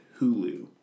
Hulu